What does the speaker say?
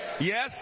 Yes